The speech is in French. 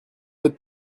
votre